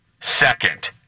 Second